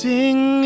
Sing